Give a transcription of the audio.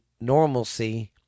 normalcy